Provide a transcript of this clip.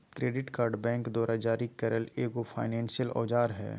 credit card bank द्वारा जारी करल एगो फायनेंसियल औजार हइ